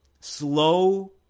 slow